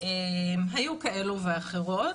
היו כאלה ואחרות,